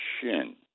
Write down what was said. shin